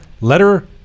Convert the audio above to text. letter